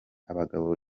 abagabo